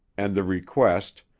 and the request,